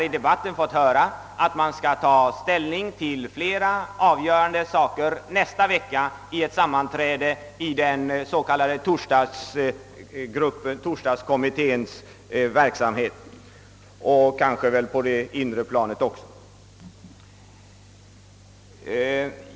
I debatten har det sagts att man skall ta ställning till flera avgörande frågor nästa vecka vid ett sammanträde i den s.k. torsdagsklubben, kanske också internt inom regeringen.